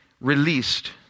released